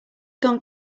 gone